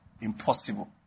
impossible